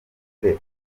nde